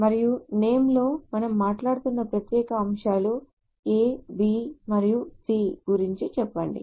మరియు name లో మనం మాట్లాడుతున్న ప్రత్యేక అంశాలు A B మరియు C గురించి చెప్పండి